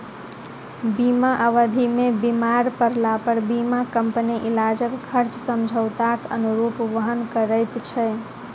बीमा अवधि मे बीमार पड़लापर बीमा कम्पनी इलाजक खर्च समझौताक अनुरूप वहन करैत छै